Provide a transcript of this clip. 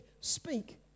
speak